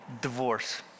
Divorce